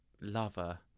lover